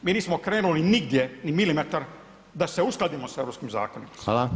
Mi nismo krenuli negdje, ni milimetar da se uskladimo sa europskim zakonima.